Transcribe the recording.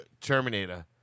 Terminator